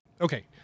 Okay